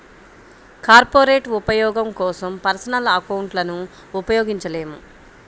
corporate ఉపయోగం కోసం personal అకౌంట్లను ఉపయోగించలేము